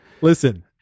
Listen